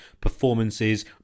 performances